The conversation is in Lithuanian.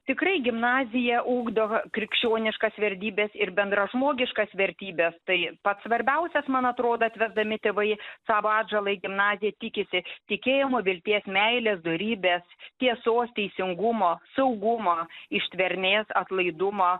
tikrai gimnazija ugdo krikščioniškas verdybes ir bendražmogiškas vertybes tai pats svarbiausias man atrodo atvesdami tėvai savo atžalą į gimnazija tikisi tikėjimo vilties meilės dorybės tiesos teisingumo saugumo ištvermės atlaidumo